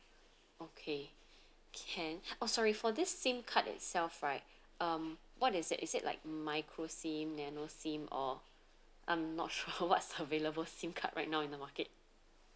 okay can oh sorry for this SIM card itself right um what is it is it like micro SIM nano SIM or I'm not sure what's the available SIM card right now in the market